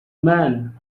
man